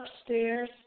upstairs